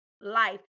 life